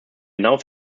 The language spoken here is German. genau